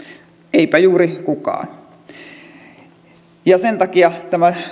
eipä juuri kukaan sen takia tämä